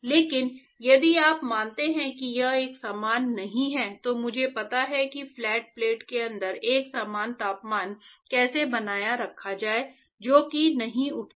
लेकिन यदि आप मानते हैं कि यह एक समान नहीं है तो मुझे पता है कि फ्लैट प्लेट के अंदर एक समान तापमान कैसे बनाए रखा जाए जो कि नहीं उठता है